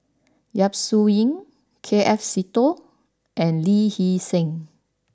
Yap Su Yin K F Seetoh and Lee Hee Seng